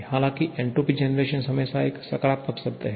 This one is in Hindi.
हालांकि एन्ट्रापी जनरेशन हमेशा एक सकारात्मक शब्द है